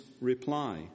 reply